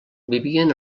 vivien